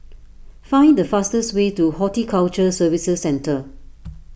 find the fastest way to Horticulture Services Centre